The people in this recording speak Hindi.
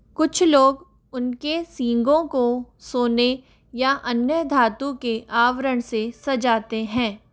कुछ लोग उनके सींगों को सोने या अन्य धातु के आवरण से सजाते हैं